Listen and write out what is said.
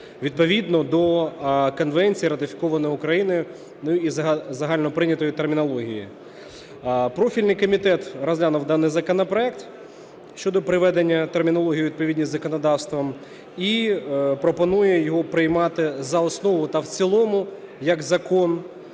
відповідно до конвенції, ратифікованою Україною, і загальноприйнятою термінологією. Профільний комітет розглянув даний законопроект щодо приведення термінології у відповідність з законодавством і пропонує його приймати за основу та в цілому як закон